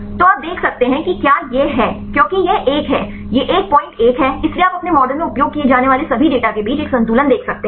तो आप देख सकते हैं कि क्या यह है क्योंकि यह 1 है यह 11 है इसलिए आप अपने मॉडल में उपयोग किए जाने वाले सभी डेटा के बीच एक संतुलन देख सकते हैं